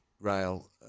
rail